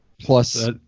Plus